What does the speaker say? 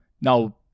now